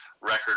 record